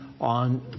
on